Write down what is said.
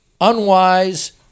unwise